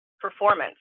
performance